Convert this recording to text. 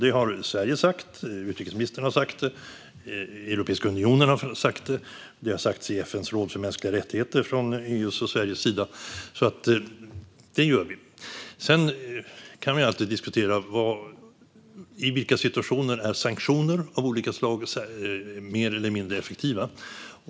Det har Sverige sagt, utrikesministern har sagt det, Europeiska unionen har sagt det och det har sagts i FN:s råd för mänskliga rättigheter från EU:s och Sveriges sida. Det säger vi alltså. Sedan kan vi alltid diskutera i vilka situationer sanktioner av olika slag är mer eller mindre effektiva.